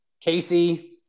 Casey